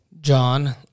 John